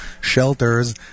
shelters